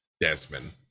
Desmond